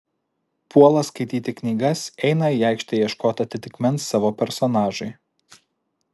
puola skaityti knygas eina į aikštę ieškot atitikmens savo personažui